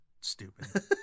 stupid